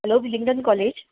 hello Willingdon college